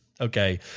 Okay